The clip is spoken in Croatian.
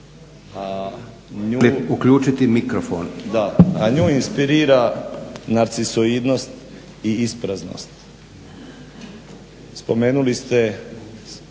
uključiti mikrofon?